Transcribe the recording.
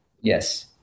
Yes